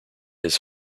his